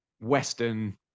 western